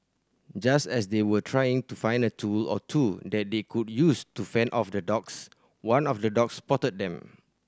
just as they were trying to find a tool or two that they could use to fend off the dogs one of the dogs spotted them